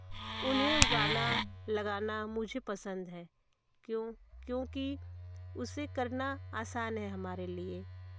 उन्हें उगाना लगाना मुझे पसंद है क्यों क्योंकि उसे करना आसान है हमारे लिए